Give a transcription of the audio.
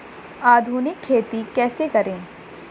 आधुनिक खेती कैसे करें?